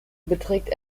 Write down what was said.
beträgt